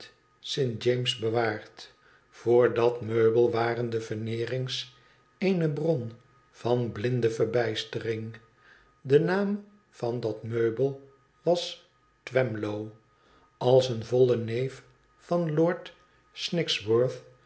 james bewaard voor dat meubel waren de veneerings eene bron van blinde verbijstering de naam van dat meubel wastwemlow als een volle neel van lord